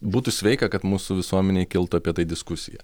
būtų sveika kad mūsų visuomenėj kiltų apie tai diskusija